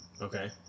Okay